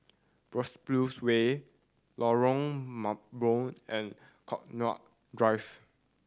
Biopolis Way Lorong Mambong and Connaught Drive